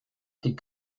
die